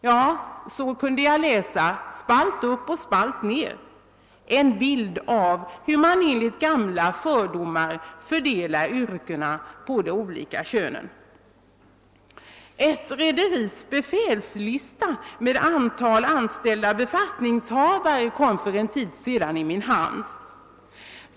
Ja, så skulle jag kunna fortsätta spalt upp och spalt ned — det ger en bild av hur man enligt gamla fördomar fortfarande fördelar yrkena på de olika könen. Ett rederis befälslista med antal anställda befattningshavare kom för en tid sedan i min hand.